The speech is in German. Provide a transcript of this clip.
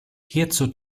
hierzu